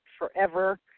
forever